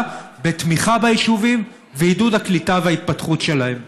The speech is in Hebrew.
בתמיכה ביישובים ועידוד הקליטה וההתפתחות שלהם.